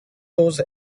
those